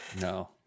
No